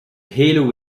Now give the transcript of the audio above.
hele